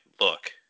look